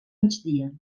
migdia